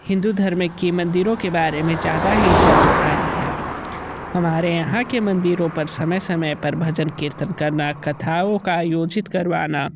हिंदू धर्म की मंदिरों के बारे में ज़्यादा ही जानकारी है हमारे यहाँ के मंदिरों पर समय समय पर भजन कीर्तन करना कथाओं का आयोजित करवाना